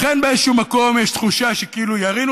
לכן באיזשהו מקום יש תחושה שכאילו ירינו